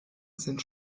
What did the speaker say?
sind